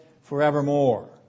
forevermore